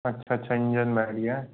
अच्छा अच्छा इंजन बैठ गया है